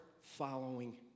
following